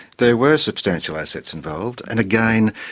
there were substantial assets involved, and again,